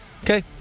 Okay